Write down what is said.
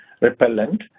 repellent